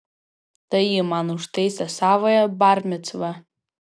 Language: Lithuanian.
tai ji man užtaisė savąją bar micvą